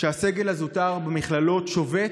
שהסגל הזוטר במכללות שובת,